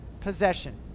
possession